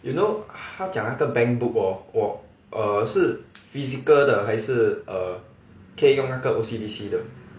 you know 他讲那个 bank book hor 我 err 是 physical 的还是 err 可以用那个 O_C_B_C 的